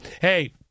hey